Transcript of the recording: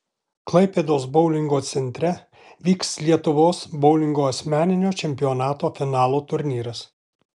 klaipėdos boulingo centre vyks lietuvos boulingo asmeninio čempionato finalo turnyras